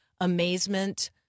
amazement